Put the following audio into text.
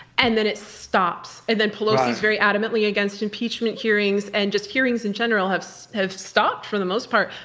and then it stops, and then pelosi is very adamantly against impeachment hearings, and just hearings in general have so have stopped for the most part.